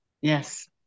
Yes